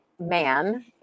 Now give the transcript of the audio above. man